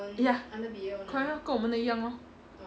ya correct lor 跟我们的一样 lor